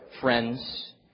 friends